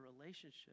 relationship